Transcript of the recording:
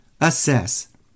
assess